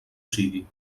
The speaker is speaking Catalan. sigui